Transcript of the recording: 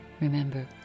Remember